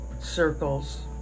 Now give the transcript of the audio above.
circles